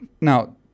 Now